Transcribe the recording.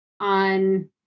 on